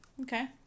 Okay